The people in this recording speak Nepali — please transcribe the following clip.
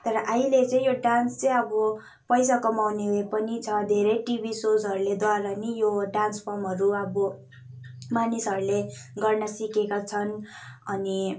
तर अहिले चाहिँ यो डान्स चाहिँ अब पैसा कमाउने उयो पनि छ धेरै टिभी सोजहरूले द्वारा पनि यो डान्स फर्महरू अब मानिसहरूले गर्नसिकेका छन् अनि